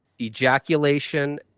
ejaculation